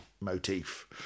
motif